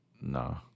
no